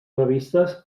revistes